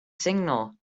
signal